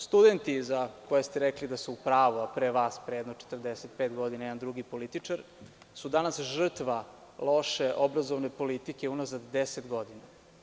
Studenti za koje ste rekli da su u pravu, a pre vas pre jedno 45 godina jedan drugi političar, su danas žrtva loše obrazovne politike unazad deset godina.